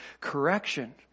correction